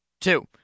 Two